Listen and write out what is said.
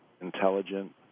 intelligent